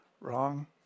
wrong